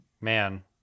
man